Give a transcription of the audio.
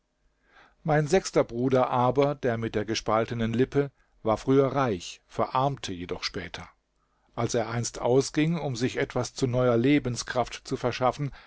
mein sechster bruder aber der mit der gespaltenen lippe war früher reich verarmte jedoch später als er einst ausging um sich etwas zu neuer lebenskraft zu verschaffen